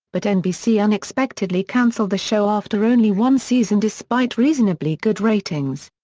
but nbc unexpectedly canceled the show after only one season despite reasonably good ratings.